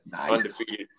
undefeated